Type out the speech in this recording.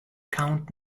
count